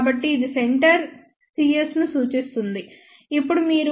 కాబట్టి ఇది centre cs ను సూచిస్తుంది ఇప్పుడు మీరు rs 1